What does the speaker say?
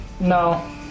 No